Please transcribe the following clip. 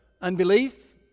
unbelief